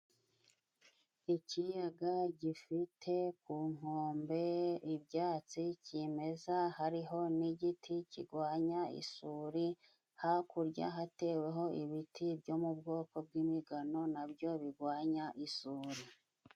Ikiyaga gifite ku nkombe ibyatsi cyimeza hariho n'igiti kigwanya isuri hakurya hateweho ibiti byo mu bwoko bw'imigano nabyo bigwanya isuri.